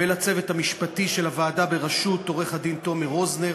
ולצוות המשפטי של הוועדה בראשות עורך-הדין תומר רוזנר,